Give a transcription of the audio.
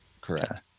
correct